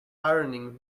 ironing